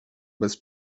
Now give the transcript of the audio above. bez